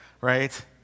right